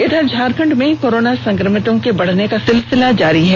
इधर झारखंड में कोरोना संक्रमितों के बढ़ने का सिलसिला जारी है